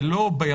אנחנו